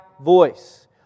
voice